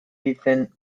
dicen